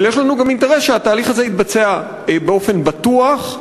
אבל יש לנו גם אינטרס שהתהליך הזה יתבצע באופן בטוח,